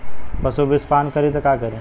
पशु विषपान करी त का करी?